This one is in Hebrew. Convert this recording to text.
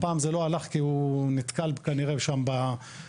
הפעם זה לא הלך כי הוא כנראה נתקל שם בקבוצה